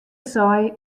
sei